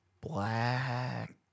Black